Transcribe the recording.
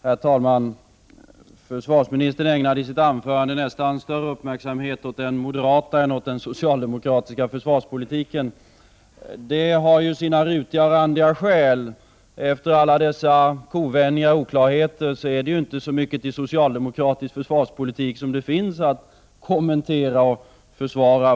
Herr talman! Försvarsministern ägnade i sitt anförande nästan större uppmärksamhet åt den moderata än åt den socialdemokratiska försvarspolitiken. Det har ju sina randiga skäl. Efter alla dessa kovändningar och oklarheter har ju försvarsministern inte så mycket till socialdemokratisk försvarspolitik att kommentera och försvara.